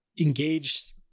engaged